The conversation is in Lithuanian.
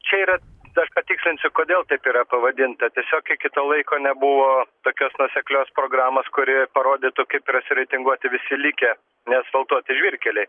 čia yra aš patikslinsiu kodėl taip yra pavadinta tiesiog iki to laiko nebuvo tokios nuoseklios programos kuri parodytų kaip yra sureitinguoti visi likę neasfaltuoti žvyrkeliai